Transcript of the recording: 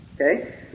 Okay